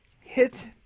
hit